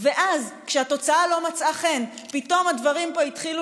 ואז כשהתוצאה לא מצאה חן פתאום הדברים פה התחילו